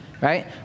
right